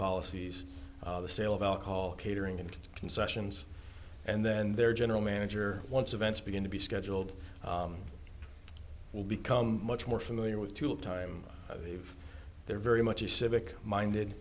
policies the sale of alcohol catering and concessions and then their general manager once events begin to be scheduled will become much more familiar with tool time if they're very much a civic minded